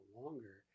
longer